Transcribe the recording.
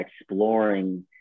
exploring